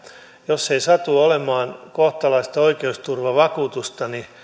jos ei satu olemaan kohtalaista oikeusturvavakuutusta niin